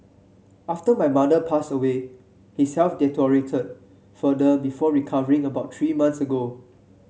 after my mother passed away his health deteriorated further before recovering about three months ago